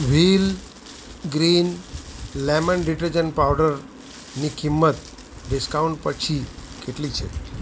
wheel green lemon detergent પાવડરની કિંમત discount પછી કેટલી છે